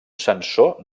sensor